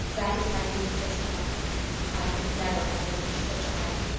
that is my duty just now i could never have risen to such a height.